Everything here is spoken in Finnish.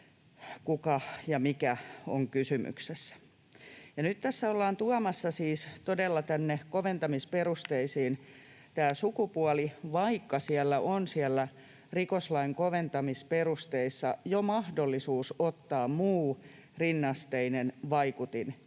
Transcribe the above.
kuka ja mikä on kysymyksessä. Ja nyt tässä ollaan tuomassa siis todella tänne koventamisperusteisiin tämä sukupuoli, vaikka siellä rikoslain koventamisperusteissa on jo mahdollisuus ottaa muu rinnasteinen vaikutin